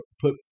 put